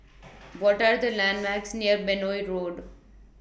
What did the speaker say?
What Are The landmarks near Benoi Road